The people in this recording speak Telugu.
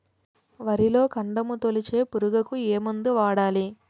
వరిలో కాండము తొలిచే పురుగుకు ఏ మందు వాడాలి?